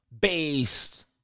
Based